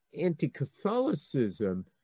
anti-Catholicism